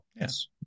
Yes